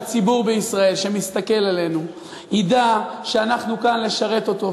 שהציבור בישראל שמסתכל עלינו ידע שאנחנו כאן לשרת אותו.